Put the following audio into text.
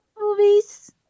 movies